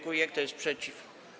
Kto jest przeciw?